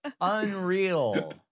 Unreal